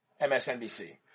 MSNBC